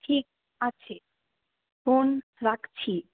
ঠিক আছে ফোন রাখছি